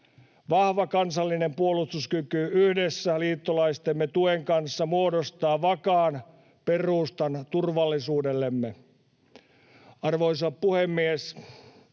Vahva kansallinen puolustuskyky yhdessä liittolaistemme tuen kanssa muodostaa vakaan perustan turvallisuudellemme. Arvoisa puhemies!